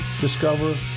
discover